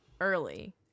early